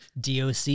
doc